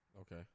Okay